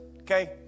okay